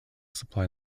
supply